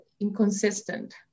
inconsistent